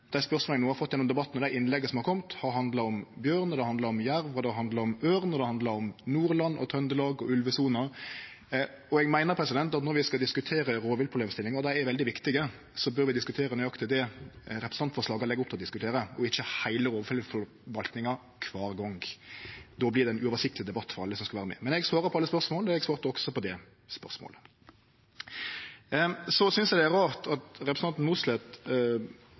dei spørsmåla eg no har fått gjennom debatten, og dei innlegga som har kome, har handla om bjørn, det har handla om jerv, det har handla om ørn, og det har handla om Nordland og Trøndelag og ulvesona. Eg meiner at når vi skal diskutere ei rovviltproblemstilling – og dei er veldig viktige – bør vi diskutere nøyaktig det representantforslaga legg opp til å diskutere, og ikkje heile rovviltforvaltinga kvar gong. Då vert det ein uoversiktleg debatt for alle som skal vere med. Men eg svarar på alle spørsmål, og eg svarte også på det spørsmålet. Så synest eg det er rart at representanten Mossleth